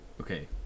okay